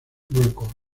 records